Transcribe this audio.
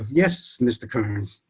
ah yes, mr. kern